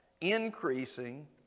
increasing